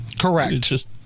Correct